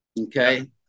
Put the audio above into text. Okay